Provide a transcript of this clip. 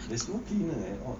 there's no cleaner at all